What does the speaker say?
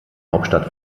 hauptstadt